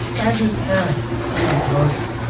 andrew's parents think he was murdered.